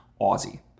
Aussie